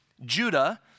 Judah